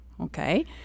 Okay